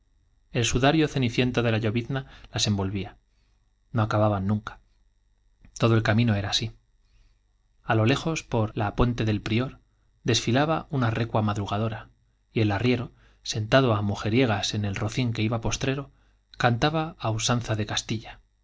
el sudario ceniciento de la llovizna las envolvía no acababan nunca todo el camino era así a lo lejos por f la puente del prior desfilaba una recua madrugadora y el arriero sentado á mujeriegas en el rocín que iba postrero cantaba á usanza de castilla